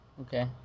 Okay